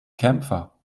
kämpfer